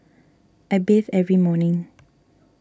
I bathe every morning